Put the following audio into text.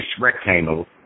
rectangles